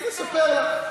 אני אספר לך.